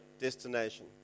destination